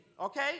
Okay